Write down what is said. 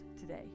today